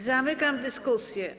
Zamykam dyskusję.